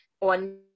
on